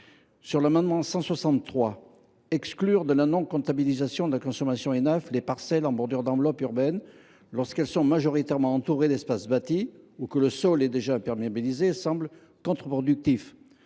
l’amendement n° 163, exclure de la non comptabilisation de la consommation d’Enaf les parcelles en bordure d’enveloppe urbaine lorsqu’elles sont majoritairement entourées d’espaces bâtis ou lorsque le sol est déjà imperméabilisé semble contre productif.